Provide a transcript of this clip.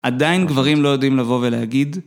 עדיין גברים לא יודעים לבוא ולהגיד?